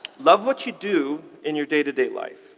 love what you do in your day to day life